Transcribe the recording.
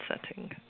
setting